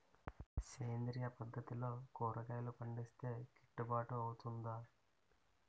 సేంద్రీయ పద్దతిలో కూరగాయలు పండిస్తే కిట్టుబాటు అవుతుందా?